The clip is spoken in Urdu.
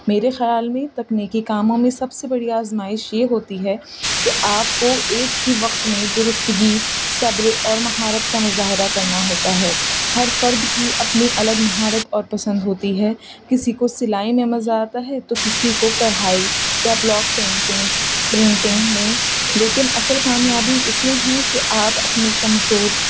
میرے خیال میں تکنیکی کاموں میں سب سے بڑی آزمائش یہ ہوتی ہے کہ آپ کو ایک ہی وقت میں درستگی صبر اور مہارت کا مظاہرہ کرنا ہوتا ہے ہر فرد کی اپنی الگ مہارت اور پسند ہوتی ہے کسی کو سلائی میں مزہ آتا ہے تو کسی کو کڑھائی یا بلاک پینٹنگ پرنٹنگ میں لیکن اصل کامیابی اس میں ہے کہ آپ اپنے کمزور